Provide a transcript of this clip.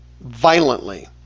violently